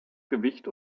gewicht